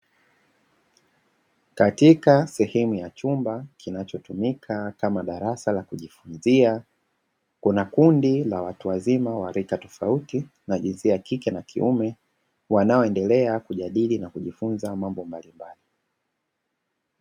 Katika sehemu ya chumba kinacho tumika kama darasa la kujifunzia, kuna kundi la watu wazima wa rika tofauti na jinsia ya kike na kiume, wanao endelea kujadili na kujifunza mambo mbalimbali.